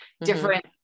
different